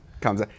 comes